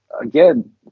again